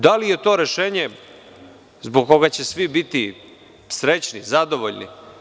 Da li je to rešenje zbog koga će svi biti srećni, zadovoljni?